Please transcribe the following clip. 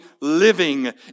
living